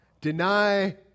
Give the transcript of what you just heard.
deny